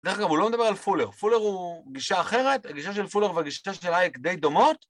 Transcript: דרך אגב, הוא לא מדבר על פולר, פולר הוא גישה אחרת, הגישה של פולר והגישה של אייק די דומות?